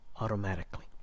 automatically